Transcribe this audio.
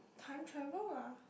time travel lah